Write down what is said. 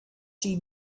she